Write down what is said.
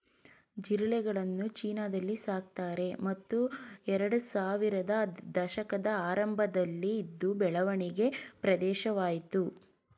ಜಿರಳೆಗಳನ್ನು ಚೀನಾದಲ್ಲಿ ಸಾಕ್ತಾರೆ ಮತ್ತು ಎರಡ್ಸಾವಿರದ ದಶಕದ ಆರಂಭದಲ್ಲಿ ಇದು ಬೆಳವಣಿಗೆ ಪ್ರದೇಶವಾಯ್ತು